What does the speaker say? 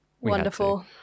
Wonderful